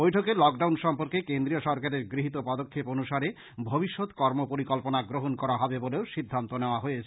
বৈঠকে lockdown সম্পর্কে কেন্দ্রীয় সরকারের গৃহিত পদক্ষেপ অনুসারে ভবিষ্যৎ কর্ম পরিকল্পনা গ্রহন করা হবে বলেও সিদ্ধান্ত নেওয়া হয়েছে